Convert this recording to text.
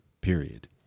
period